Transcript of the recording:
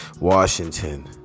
Washington